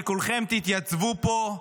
כולכם תתייצבו פה,